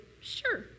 sure